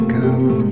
come